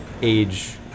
age